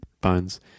bones